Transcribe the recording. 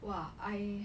!wah! I